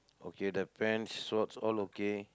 okay the pant shorts all okay